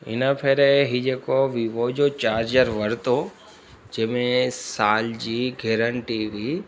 हिन भेरे इहो जेको वीवो जो चार्जर वरितो जंहिंमें साल जी गैरेंटी हुई